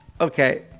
Okay